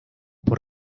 por